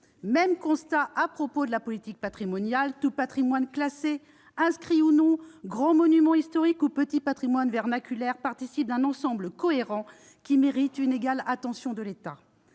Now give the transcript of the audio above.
Même constat à propos de la politique patrimoniale. Tout patrimoine, classé, inscrit ou non, grand monument historique ou petit patrimoine vernaculaire, participe d'un ensemble cohérent, méritant une égale attention de l'État.